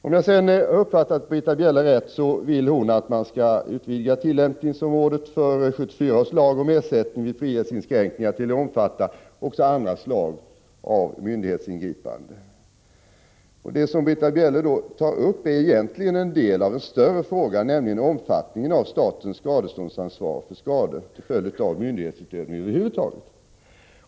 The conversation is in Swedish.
Om jag uppfattade Britta Bjelle rätt vill hon att man skall utvidga tillämpningsområdet för 1974 års lag om ersättning vid frihetsinskränkningar till att omfatta även annat slags myndighetsingripande. Det som Britta Bjelle här tar upp är egentligen en del av en större fråga, nämligen omfattningen av statens skadeståndsansvar för skada till följd av myndighetsutövning över huvud taget.